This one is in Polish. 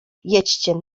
jedźcie